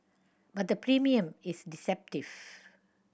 but the premium is deceptive